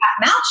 mouth